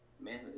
Man